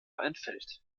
entfällt